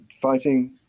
fighting